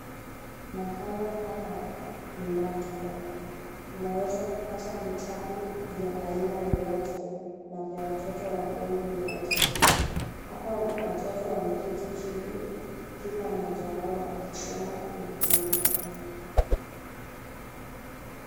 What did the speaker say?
Mahali hapa ni maktaba. Unaweza kupata vitabu vya aina zote na vya watoto wa umri wowote. Hapa watoto wameketi chini, kila mmoja wao akisoma na kuandika.